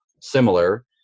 similar